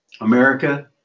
America